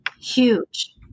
Huge